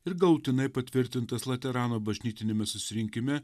ir galutinai patvirtintas laterano bažnytiniame susirinkime